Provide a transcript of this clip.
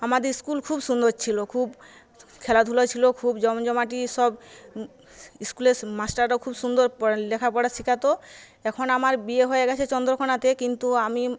আমাদের স্কুল খুব সুন্দর ছিল খুব খেলাধুলো ছিল খুব জমজমাটি সব স্কুলের মাস্টাররা খুব সুন্দর লেখাপড়া শিখাতো এখন আমার বিয়ে হয়ে গেছে চন্দ্রকোণাতে কিন্তু আমি